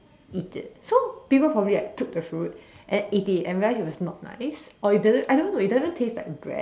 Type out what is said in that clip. eat it so people probably like took the fruit and eat it and realize it was not nice or it doesn't I don't know it doesn't taste like bread